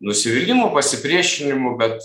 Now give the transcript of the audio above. nusivylimų pasipriešinimų bet